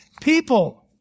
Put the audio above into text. people